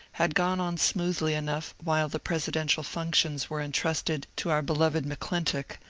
had gone on smoothly enough while the presidential functions were entrusted to our beloved m'clintock,